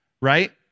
right